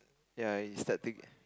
ya you start to